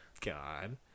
God